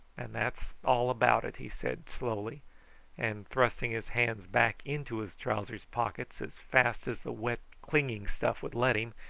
and that's all about it, he said slowly and thrusting his hands back into his trousers' pockets as fast as the wet clinging stuff would let him,